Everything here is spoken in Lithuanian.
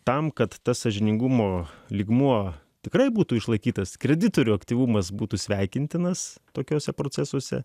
tam kad tas sąžiningumo lygmuo tikrai būtų išlaikytas kreditorių aktyvumas būtų sveikintinas tokiose procesuose